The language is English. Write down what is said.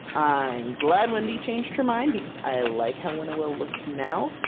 i'm glad wendy changed her mind, because i like how winnowill looks now.